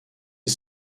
est